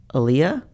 Aaliyah